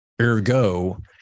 Ergo